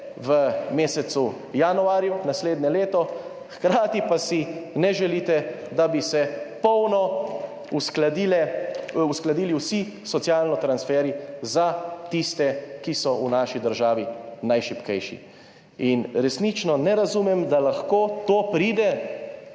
v mesecu januarju naslednje leto, hkrati pa si ne želite, da bi se polno uskladili vsi socialni transferji za tiste, ki so v naši državi najšibkejši. Resnično ne razumem, da lahko to pride